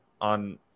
on